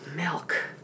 Milk